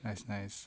that's nice